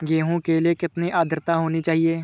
गेहूँ के लिए कितनी आद्रता होनी चाहिए?